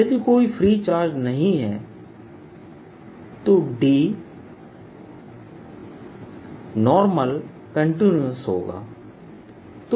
यदि कोई free charge नहीं है तो D कंटीन्यूअस होगा